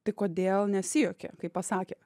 tai kodėl nesijuokė kai pasakė